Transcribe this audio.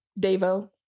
Davo